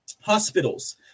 Hospitals